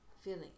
feeling